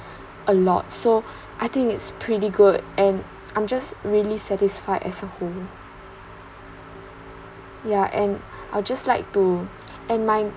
a lot so I think it's pretty good and I'm just really satisfied as a whole ya and I would just like to and my